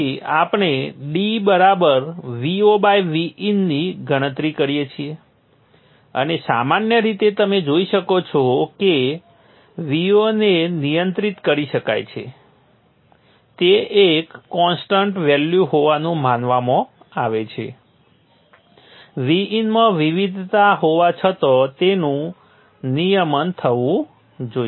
તેથી આપણે d Vo Vin ની ગણતરી કરીએ છીએ અને સામાન્ય રીતે તમે જોઇ શકો છો કે Vo ને નિયંત્રિત કરી શકાય છે તે એક કોન્સ્ટન્ટ વેલ્યુ હોવાનું માનવામાં આવે છે Vin માં વિવિધતા હોવા છતાં તેનું નિયમન થવું જોઈએ